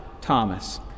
Thomas